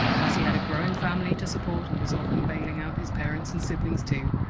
plus he had a growing family to support, and was often bailing out his parents and siblings too.